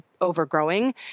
overgrowing